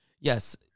Yes